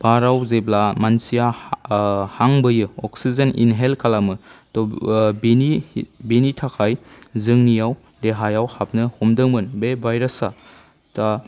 बाराव जेब्ला मानसिया हां बोयो अक्सिजेन इन्हेल खालामो ट बेनि थाखाय जोंनियाव देहायाव हाबनो हमदोंमोन बे भायरासा दा